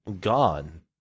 gone